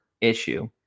issue